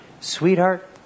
Sweetheart